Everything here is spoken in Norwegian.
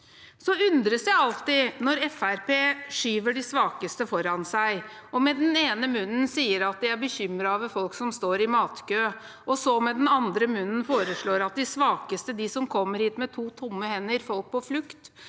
når Fremskrittspartiet skyver de svakeste foran seg og med den ene munnen sier at de er bekymret over folk som står i matkø, og så med den andre munnen foreslår at de svakeste, de som kommer hit med to tomme hender, folk på flukt,